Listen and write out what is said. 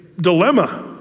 dilemma